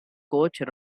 coach